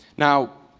now,